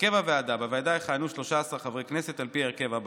הרכב הוועדה: בוועדה יכהנו 13 חברי כנסת על פי ההרכב הבא: